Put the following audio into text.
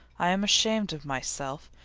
i am ashamed of myself,